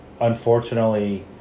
unfortunately